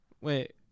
Wait